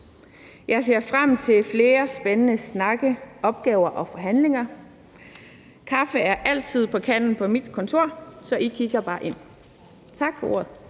Jeg ser frem til flere spændende snakke, opgaver og forhandlinger. Kaffe er altid på kanden på mit kontor, så I kigger bare ind. Tak for ordet.